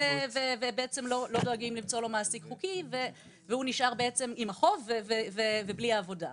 ולא דואגים למצוא לו מעסיק חוקי והוא נשאר עם החוב ובלי עבודה.